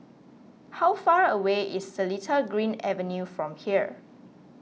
how far away is Seletar Green Avenue from here